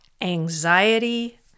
anxiety